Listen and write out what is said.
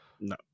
no